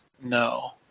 No